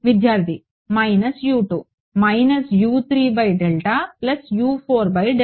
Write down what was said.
విద్యార్థి minus U 2